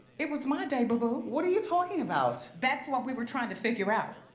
it was my day boo boo. what are you talking about? that's what we were trying to figure out.